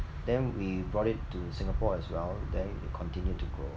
then we brought it to Singapore as well then it continued to grow